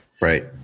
Right